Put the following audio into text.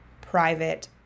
private